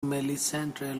melissandre